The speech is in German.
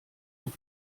auf